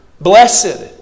Blessed